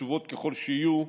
חשובות ככל שיהיו,